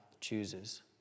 chooses